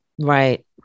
Right